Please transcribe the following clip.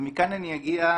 ומכאן אני אגיע